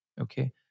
Okay